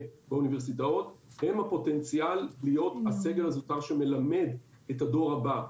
באוניברסיטאות הם הפוטנציאל להיות הסגל הזוטר שמלמד את הדור הבא.